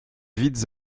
vides